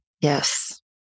Yes